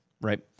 right